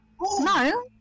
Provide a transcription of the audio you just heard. No